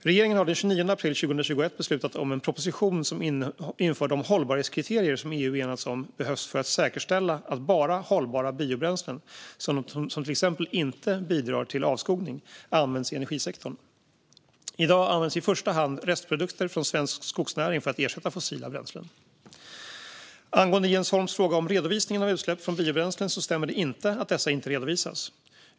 Regeringen har den 29 april 2021 beslutat om en proposition som inför de hållbarhetskriterier som enligt vad EU enats om behövs för att säkerställa att bara hållbara biobränslen, sådana som till exempel inte bidrar till avskogning, används i energisektorn. I dag används i första hand restprodukter från svensk skogsnäring för att ersätta fossila bränslen. Angående Jens Holms fråga om redovisningen av utsläpp från biobränslen stämmer det inte att dessa inte redovisas.